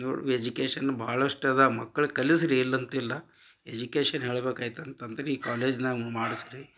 ನೋಡಿ ಎಜುಕೇಶನ್ ಭಾಳಷ್ಟು ಅದ ಮಕ್ಳು ಕಲಸ ರೀ ಇಲ್ಲಂತಿಲ್ಲ ಎಜುಕೇಷನ್ ಹೇಳ್ಬೇಕಾಯ್ತ್ ಆಯ್ತಂತಂದರೆ ಈ ಕಾಲೇಜ್ನಾಗ ಮಾಡ್ಸಿ ರೀ